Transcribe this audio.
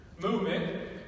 movement